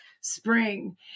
spring